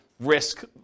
Risk